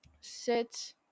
sit